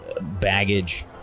baggage